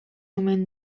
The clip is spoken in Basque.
omen